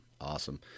Awesome